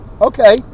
Okay